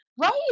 Right